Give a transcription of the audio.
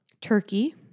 Turkey